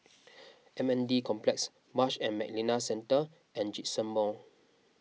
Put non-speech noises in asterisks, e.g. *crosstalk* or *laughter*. *noise* M N D Complex Marsh and McLennan Centre and Djitsun Mall